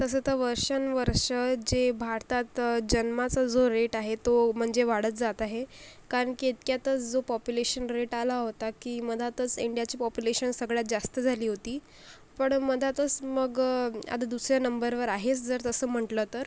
तसं तर वर्षंवर्ष जे भारतात जन्माचा जो रेट आहे तो म्हणजे वाढत जात आहे कारण की इतक्यातच जो पॉप्युलेशन रेट आला होता की मधातच इंडियाची पॉप्युलेशन सगळ्यात जास्त झाली होती पण मधातच मग आता दुसऱ्या नंबरवर आहे जर तसं म्हटलं तर